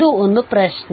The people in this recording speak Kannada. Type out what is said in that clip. ಇದು ಒಂದು ಪ್ರಶ್ನೆ